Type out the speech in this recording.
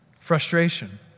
frustration